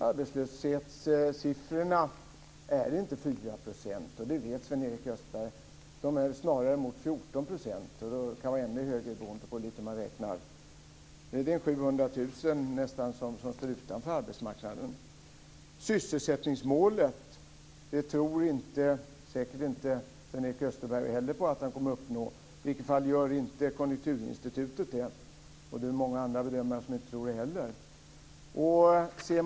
Arbetslöshetssiffrorna är inte 4 %. Det vet Sven Erik Österberg. De är snarare 14 %, och de kan vara ännu högre beroende på hur man räknar. Det är nästan 700 000 personer som står utanför arbetsmarknaden. Sven-Erik Österberg tror säkert inte heller på att man kommer att uppnå sysselsättningsmålet. Konjunkturinstitutet gör i alla fall inte det. Det är många andra bedömare som inte heller tror det.